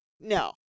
No